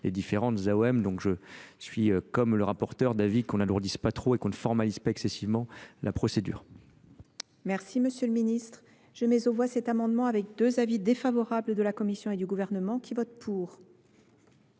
les différentes M. Donc, je suis comme le rapporteur d'avis qu'on n'alourdisse pas trop et qu'on trop et qu'on ne formalise pas excessivement la procédure. M. le Ministre, je mets aux voix cet amendement avec deux avis défavorables de la Commission et du Gouvernement, qui votent pour